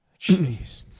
Jeez